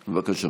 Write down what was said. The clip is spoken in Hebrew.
בבקשה.